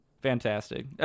Fantastic